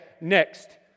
next